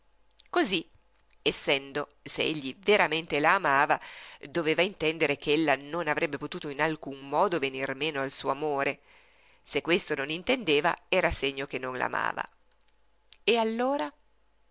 cosí essendo se egli veramente la amava doveva intendere che ella non avrebbe potuto in alcun modo venir meno al suo amore se questo non intendeva era segno che non la amava e allora